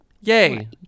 Yay